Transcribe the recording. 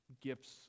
gifts